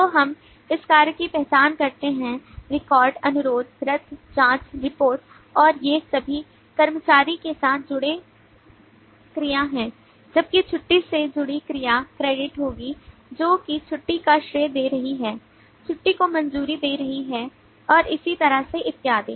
तो हम इस कार्य की पहचान करते हैं रिकॉर्ड अनुरोध रद्द जाँच रिपोर्ट और ये सभी कर्मचारी के साथ जुड़े क्रिया हैं जबकि छुट्टी से जुड़ी क्रिया क्रेडिट होगी जो कि छुट्टी का श्रेय दे रही है छुट्टी को मंजूरी दे रही है और इसी तरह से इत्यादि